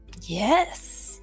Yes